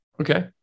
Okay